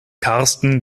karsten